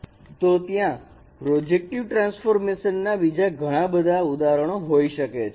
તો ત્યાં projective transformation ના બીજા ઘણા બધા ઉદાહરણો હોઈ શકે છે